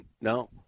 No